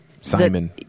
Simon